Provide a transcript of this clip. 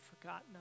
forgotten